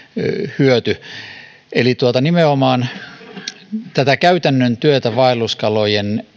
hyöty eli nimenomaan on joko tätä käytännön työtä vaelluskalojen